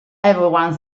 everyone